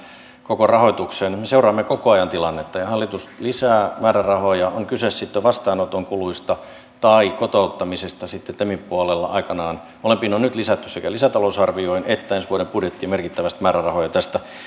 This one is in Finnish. koko rahoitukseen me seuraamme koko ajan tilannetta ja hallitus lisää määrärahoja on kyse sitten vastaanoton kuluista tai kotouttamisesta sitten temin puolella aikanaan molempiin on nyt lisätty sekä lisätalousarvioon että ensi vuoden budjettiin merkittävästi määrärahoja tästä